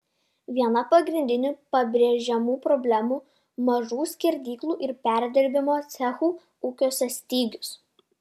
viena pagrindinių pabrėžiamų problemų mažų skerdyklų ir perdirbimo cechų ūkiuose stygius